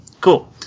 cool